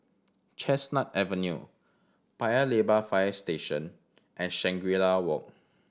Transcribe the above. Chestnut Avenue Paya Lebar Fire Station and Shangri La Walk